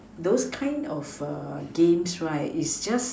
those kind of games right is just